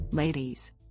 Ladies